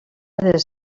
des